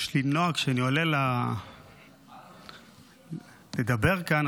יש לי נוהג: כשאני עולה לדבר כאן,